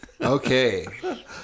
Okay